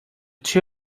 two